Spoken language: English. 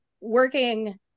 working